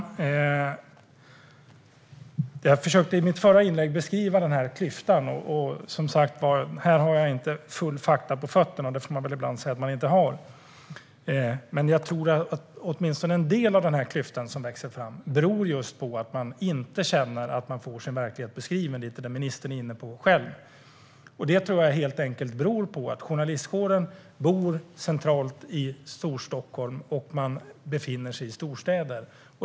Herr talman! Jag försökte i mitt förra inlägg beskriva den här klyftan. Som sagt har jag inte fulla fakta på fötterna, och det får man väl ibland säga att man inte har. Men jag tror att åtminstone en del av den klyfta som växer fram beror just på att man inte känner att man får sin verklighet beskriven, som ministern själv är inne på. Detta tror jag helt enkelt beror på att journalistkåren bor centralt i Storstockholm och befinner sig i storstäder.